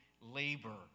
labor